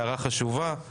הערה חשובה.